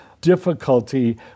difficulty